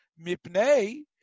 Mipnei